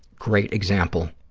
great example